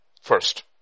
first